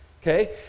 okay